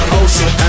ocean